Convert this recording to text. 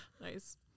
Nice